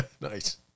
Nice